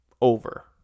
over